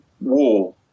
war